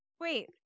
Wait